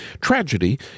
Tragedy